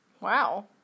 Wow